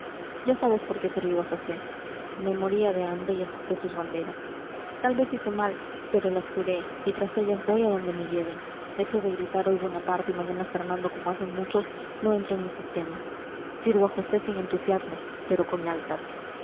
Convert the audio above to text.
ya sabes por qué he servido a josé me moría de hambre y acepté sus banderas tal vez hice mal pero las juré y tras ellas voy a donde me lleven eso de gritar hoy bonaparte y mañana fernando como hacen muchos no entra en mi sistema sirvo a josé sin entusiasmo pero con lealtad